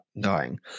dying